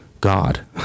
God